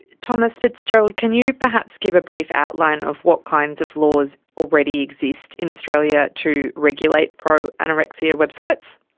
tomas fitzgerald, can you perhaps give a brief outline of what kinds of laws already exist in australia to regulate pro-anorexia websites?